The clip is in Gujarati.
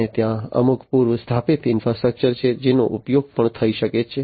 અને ત્યાં અમુક પૂર્વ સ્થાપિત ઈન્ફ્રાસ્ટ્રક્ચર છે જેનો ઉપયોગ પણ થઈ શકે છે